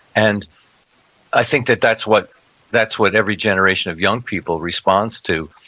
and i think that that's what that's what every generation of young people responds to.